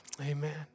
Amen